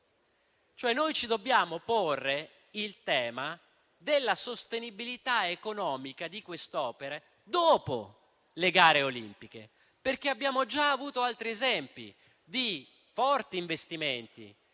Ci dobbiamo porre il tema della sostenibilità economica di queste opere dopo le gare olimpiche, perché abbiamo già avuto altri esempi di forti investimenti